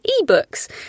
ebooks